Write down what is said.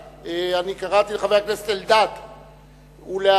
קראתי לחבר הכנסת אלדד, ואחריו,